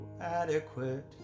adequate